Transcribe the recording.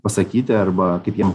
pasakyti arba kaip jiem